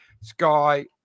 Sky